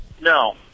No